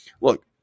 Look